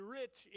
rich